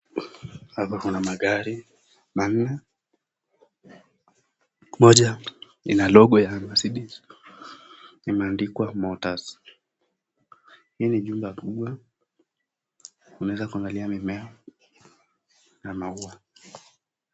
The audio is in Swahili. Hapa kuna magari manne, moja ina logo ya Mercedes imeandikwa Motors . Hii ni jumba kubwa unaweza kuangalia mimea na maua.